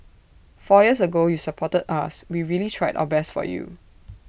four years ago you supported us we really tried our best for you